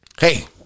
hey